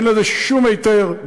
אין לזה שום היתר,